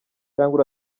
cyangwa